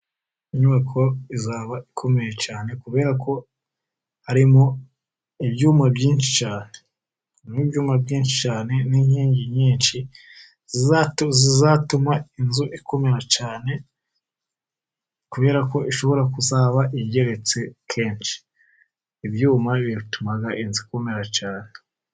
Inyubako izaba ikomeye cyane, kubera ko harimo ibyuma byinshi cyane. Harimo ibyuma byinshi cyane, n'inkingi nyinshi, zizatuma inzu ikomera cyane, kubera ko ishobora kuzaba igereretse kenshi. Ibyuma bituma inzu ikomera cyane.